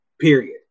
period